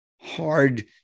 hard